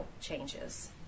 changes